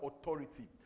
authority